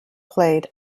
played